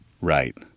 Right